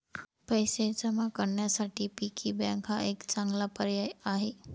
पैसे जमा करण्यासाठी पिगी बँक हा एक चांगला पर्याय आहे